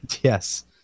yes